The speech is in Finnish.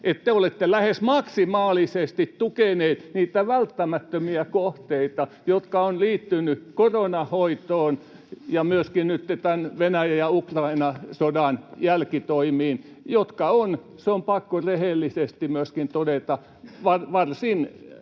että olette lähes maksimaalisesti tukeneet niitä välttämättömiä kohteita, jotka ovat liittyneet koronan hoitoon ja myöskin nyt tämän Venäjän ja Ukrainan sodan jälkitoimiin, jotka ovat — se on pakko rehellisesti myöskin todeta — varsin